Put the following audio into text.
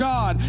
God